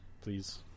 Please